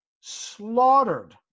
slaughtered